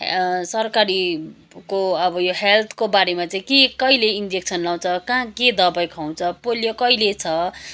सरकारीको अब यो हेल्थको बारेमा चाहिँ के कहिले इन्जेक्सन लाउँछ कहाँ के दबाई खुवाउँछ पोलियो कहिले छ